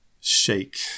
Shake